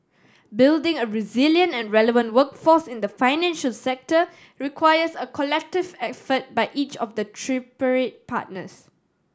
building a resilient and relevant workforce in the financial sector requires a collective effort by each of the tripartite partners